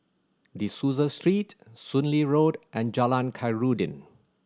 De Souza Street Soon Lee Road and Jalan Khairuddin